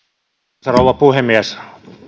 arvoisa rouva puhemies